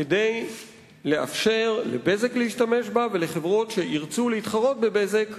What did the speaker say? כדי לאפשר ל"בזק" להשתמש בה ולחברות שירצו להתחרות ב"בזק"